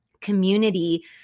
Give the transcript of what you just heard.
community